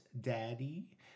daddy